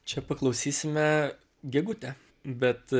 čia paklausysime gegutę bet